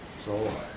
so